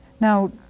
Now